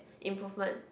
improvement